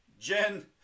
Jen